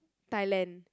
Thailand